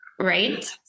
right